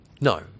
No